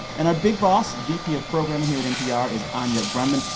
and our big boss, vp of programming here at npr, is anya grundmann.